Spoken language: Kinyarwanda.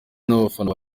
n’abafana